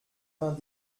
vingt